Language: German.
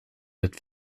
wird